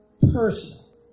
personal